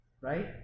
right